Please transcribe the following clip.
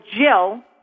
Jill